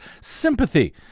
sympathy